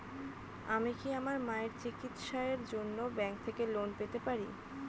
আমি কি আমার মায়ের চিকিত্সায়ের জন্য ব্যঙ্ক থেকে লোন পেতে পারি?